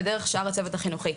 ודרך שאר הצוות החינוכי,